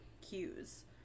cues